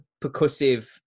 percussive